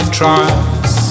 trials